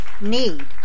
need